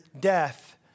death